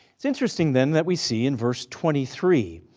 it's interesting then that we see in verse twenty three,